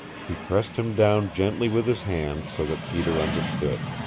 he pressed him down gently with his hand, so that peter understood.